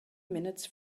minutes